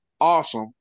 Awesome